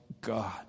God